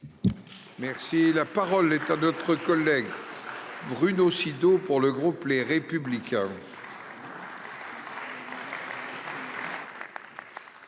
Merci la parole l'état d'autres collègues. Bruno Sido. Pour le groupe Les Républicains.